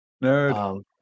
No